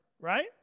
right